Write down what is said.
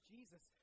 Jesus